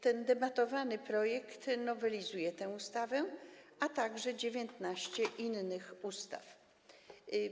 Ten debatowany projekt nowelizuje tę ustawę, a także 19 innych ustaw.